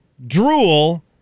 drool